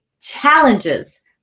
challenges